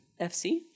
FC